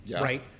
right